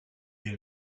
des